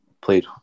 played